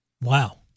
Wow